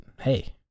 hey